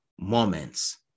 moments